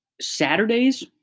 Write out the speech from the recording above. Saturdays